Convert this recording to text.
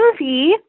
movie